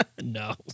No